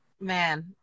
man